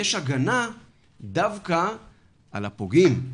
יש הגנה דווקא על הפוגעים,